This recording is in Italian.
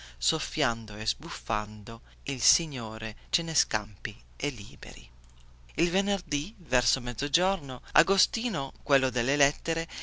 soffiando e sbuffando il signore ce ne scampi e liberi il venerdì verso mezzogiorno agostino quello delle lettere